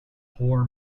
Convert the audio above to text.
poor